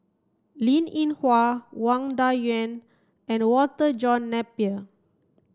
Linn In Hua Wang Dayuan and Walter John Napier